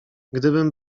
gdybym